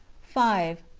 five.